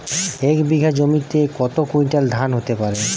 এক বিঘা জমিতে কত কুইন্টাল ধান হতে পারে?